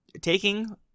taking